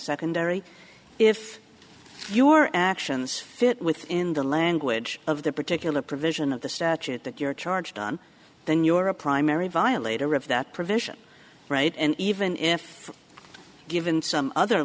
secondary if your actions fit within the language of the particular provision of the statute that you're charged on then you're a primary violator of that provision right and even if given some other